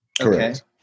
Correct